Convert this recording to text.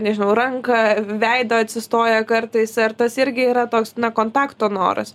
nežinau ranką veidą atsistoja kartais ar tas irgi yra toks na kontakto noras